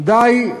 כדאי,